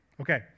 Okay